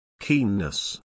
Keenness